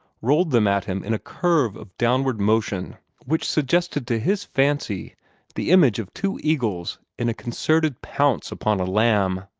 rolled them at him in a curve of downward motion which suggested to his fancy the image of two eagles in a concerted pounce upon a lamb.